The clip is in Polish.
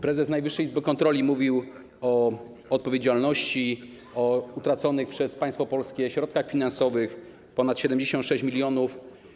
Prezes Najwyższej Izby Kontroli mówił o odpowiedzialności, o utraconych przez państwo polskie środkach finansowych, ponad 76 mln.